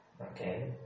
Okay